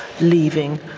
leaving